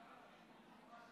אדוני היושב-ראש,